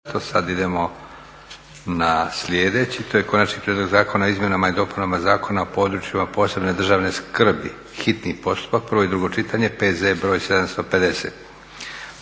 Sad idemo na sljedeći. To je - Konačni prijedlog zakona o izmjenama i dopunama Zakona o područjima posebne državne skrbi, hitni postupak, prvo i drugo čitanje, P.Z. br. 750;